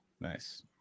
nice